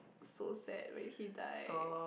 so sad when he died